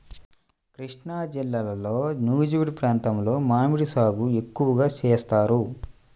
కృష్ణాజిల్లాలో నూజివీడు ప్రాంతంలో మామిడి సాగు ఎక్కువగా చేస్తారు